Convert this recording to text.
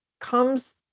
comes